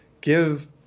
give